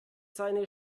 seine